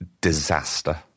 disaster